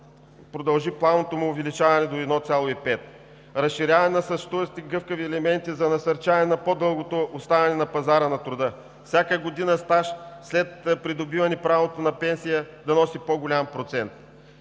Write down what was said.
продължи плавното му увеличаване до 1,5%. Разширяване на съществуващите гъвкави елементи за насърчаване на по-дългото оставане на пазара на труда. Всяка година стаж след придобиване правото на пенсия да носи по-голям процент.